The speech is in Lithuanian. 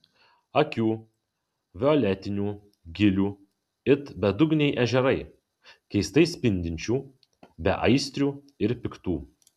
akių violetinių gilių it bedugniai ežerai keistai spindinčių beaistrių ir piktų